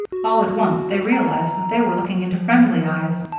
all at once, they realized that they were looking into friendly eyes,